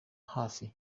hafi